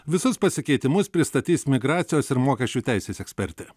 visus pasikeitimus pristatys migracijos ir mokesčių teisės ekspertė